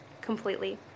completely